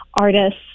artists